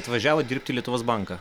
atvažiavot dirbt į lietuvos banką